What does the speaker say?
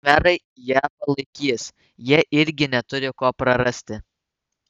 khmerai ją palaikys jie irgi neturi ko prarasti